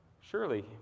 Surely